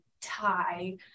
tie